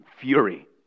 fury